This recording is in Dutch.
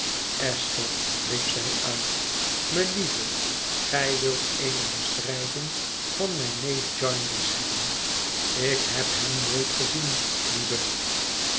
esther riep zij uit melieve gij wilt eene beschrijving van mijn neef jarndyce hebben ik heb hem nooit gezien lieve